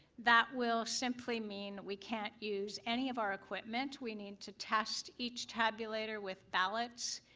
that will simply mean we can't use any of our equipment. we need to test each tabulateor with ballots,